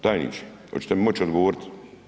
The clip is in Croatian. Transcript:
Tajniče, hoćete mi moći odgovoriti?